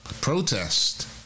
protest